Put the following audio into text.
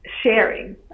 sharing